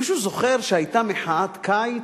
מישהו זוכר שהיתה מחאת קיץ?